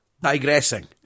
digressing